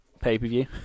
pay-per-view